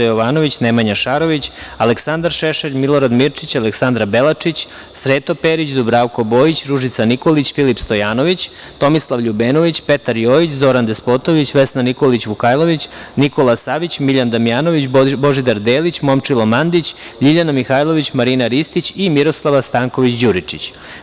Jovanović, Nemanja Šarović, Aleksandar Šešelj, Milorad Mirčić, Aleksandra Belačić, Sreto Perić, Dubravko Bojić, Ružica Nikolić, Filip Stojanović, Tomislav Ljubenović, Petar Jojić, Zoran Despotović, Vesna Nikolić Vukajlović, Nikola Savić, Miljan Damjanović, Božidar Delić, Momčilo Mandić, Ljiljana Mihajlović, Marina Ristić i Miroslava Stanković Đuričić.